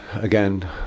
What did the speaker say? again